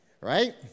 Right